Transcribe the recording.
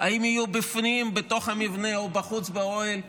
אם יהיו בפנים בתוך המבנה או בחוץ באוהל,